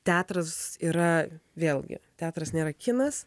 teatras yra vėlgi teatras nėra kinas